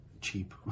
cheap